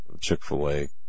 Chick-fil-A